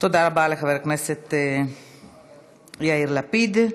תודה רבה לחבר הכנסת יאיר לפיד.